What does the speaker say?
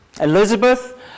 Elizabeth